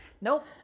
nope